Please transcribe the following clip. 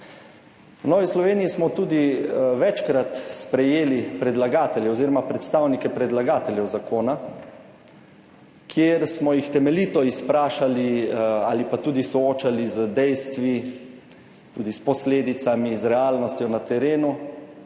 V Novi Sloveniji smo tudi večkrat sprejeli predlagatelje oziroma predstavnike predlagateljev zakona, kjer smo jih temeljito izprašali ali pa tudi soočali z dejstvi, tudi s posledicami, z realnostjo na terenu